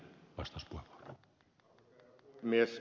arvoisa herra puhemies